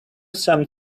some